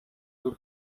two